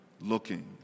looking